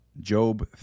Job